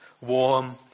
warm